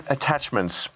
Attachments